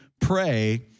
pray